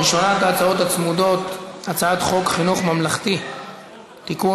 הראשונה בהצעות הצמודות: הצעת חוק חינוך ממלכתי (תיקון,